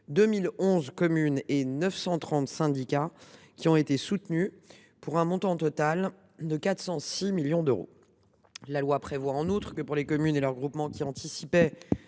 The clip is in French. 2 011 communes et 930 syndicats qui ont été soutenus, pour un montant total de 406 millions d’euros. En outre, la loi a prévu que, pour les communes et leurs groupements anticipant,